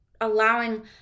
allowing